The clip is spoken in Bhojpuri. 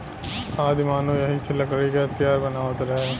आदिमानव एही से लकड़ी क हथीयार बनावत रहे